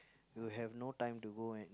you have no time to go and